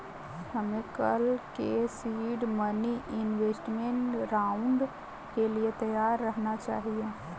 हमें कल के सीड मनी इन्वेस्टमेंट राउंड के लिए तैयार रहना चाहिए